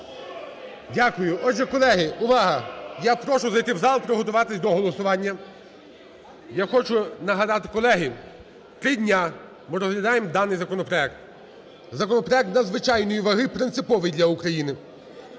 Дякую. Отже, колеги, увага, я прошу зайти в зал, приготуватись до голосування. Я хочу нагадати, колеги, три дні ми розглядаємо даний законопроект, законопроект надзвичайної ваги, принциповий для України.